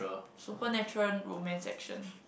supernatural room man section